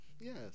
Yes